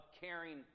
caring